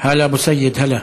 אבו סייד, הלא.